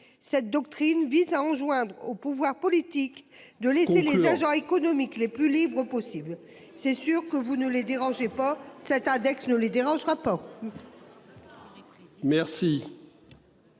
cette doctrine vise à enjoindre au pouvoir politique de laisser les agents économiques les plus libres possible. C'est sûr que vous ne les dérangeait pas cet index ne les dérangera pas.